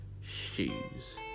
Shoes